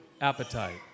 appetite